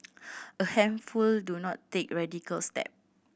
a handful do not take radical step